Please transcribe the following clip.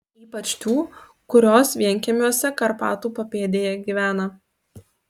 ypač tų kurios vienkiemiuose karpatų papėdėje gyvena